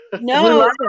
No